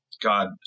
God